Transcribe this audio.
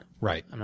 Right